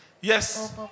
Yes